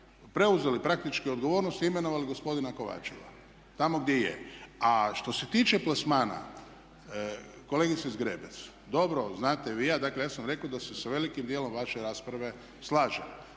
preuzeli praktički odgovornost i imenovali gospodina Kovačeva tamo gdje je. A što se tiče plasmana, kolegice Zgrebec, dobro znate vi, a dakle ja sam rekao da se sa velikim dijelom vaše rasprave slažem,